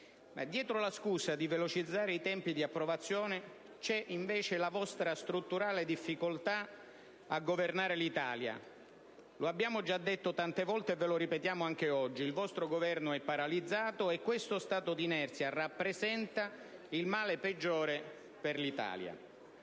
Dietro la scusa di velocizzare tempi di approvazione vi è invece la vostra strutturale difficoltà a governare l'Italia. Lo abbiamo già detto tante volte e lo ripetiamo anche oggi: il vostro Governo è paralizzato e questo stato di inerzia rappresenta il male peggiore per l'Italia.